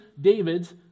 David's